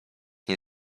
nie